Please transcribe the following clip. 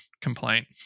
complaint